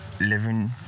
living